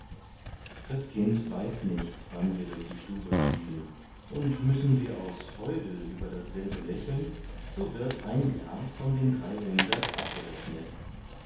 das kind weiß nicht wann wir durch die stube fliegen und müssen wir aus freude über dasselbe lächeln so wird ein jahr von den dreihundert abgerechnet